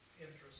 Interest